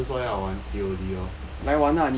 eh 不是说要玩 C_O_D orh